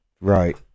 Right